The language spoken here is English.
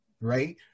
Right